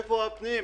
איפה משרד הפנים?